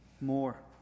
more